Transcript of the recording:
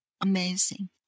amazing